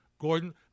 Gordon